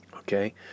Okay